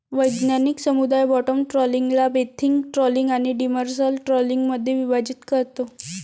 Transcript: वैज्ञानिक समुदाय बॉटम ट्रॉलिंगला बेंथिक ट्रॉलिंग आणि डिमर्सल ट्रॉलिंगमध्ये विभाजित करतो